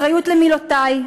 אחריות למילותי,